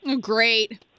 Great